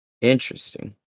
Interesting